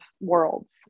worlds